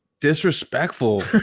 disrespectful